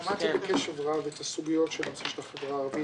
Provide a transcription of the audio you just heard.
שמעתי בקשב רב את הסוגיות של נציג של החברה הערבית.